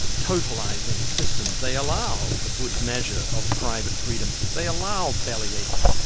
totalising systems. they allow a good measure of private freedoms. they allow belly aching.